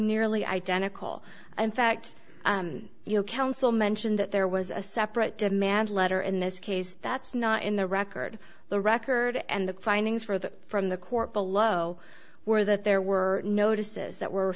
nearly identical in fact you counsel mentioned that there was a separate demand letter in this case that's not in the record the record and the findings for the from the court below were that there were notices that were